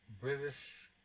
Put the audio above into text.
British